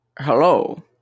Hello